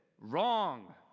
Wrong